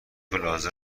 لازم